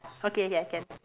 okay ya can